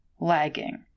lagging